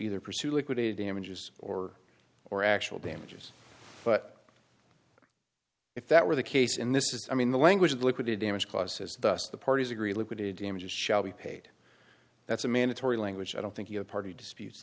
either pursue liquidated damages or or actual damages but if that were the case and this is i mean the language of liquidated damages clauses thus the parties agree liquidated damages shall be paid that's a mandatory language i don't think your party disputes